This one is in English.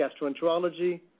gastroenterology